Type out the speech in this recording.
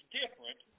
different